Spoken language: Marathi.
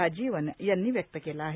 राजीवन यांनी व्यक्त केला आहे